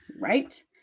Right